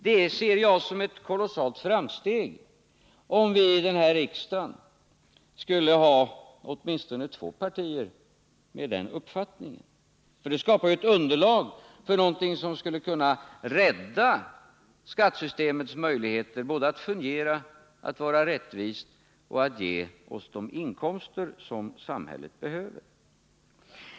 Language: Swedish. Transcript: Jag ser det som ett kolossalt framsteg, om vi vid detta riksmöte skulle ha åtminstone två partier med den uppfattningen. Det skulle ju skapa ett underlag för något som kunde rädda skattesystemets möjligheter att fungera rättvist och att ge oss de inkomster som samhället behöver.